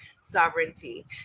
sovereignty